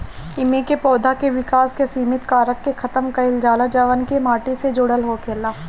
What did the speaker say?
एमे पौधा के विकास के सिमित कारक के खतम कईल जाला जवन की माटी से जुड़ल होखेला